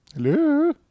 Hello